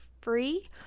free